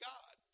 God